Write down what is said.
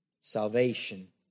Salvation